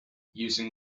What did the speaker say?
using